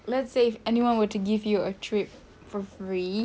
let's say if anyone were to give you a trip for free